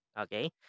Okay